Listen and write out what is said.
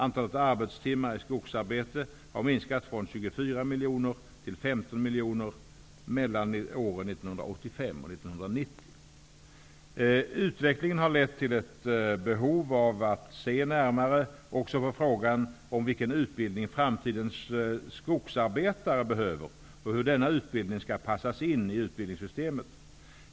Antalet arbetstimmar i skogsarbete har minskat från 24 miljoner till 15 miljoner mellan åren 1985 och 1990. Utvecklingen har lett till ett behov av att se närmare också på frågan om vilken utbildning framtidens skogsarbetare behöver och hur denna utbildning skall passas in i utbildningssystemet.